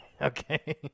Okay